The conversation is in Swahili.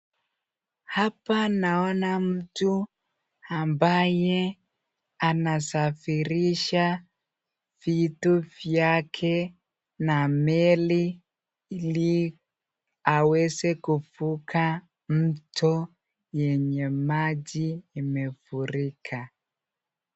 Hapa naona mtu ambaye anasafirisha vitu vyake na meli ili aweze kuvuka mto yenye maji imefurika.